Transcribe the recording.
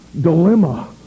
dilemma